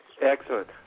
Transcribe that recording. Excellent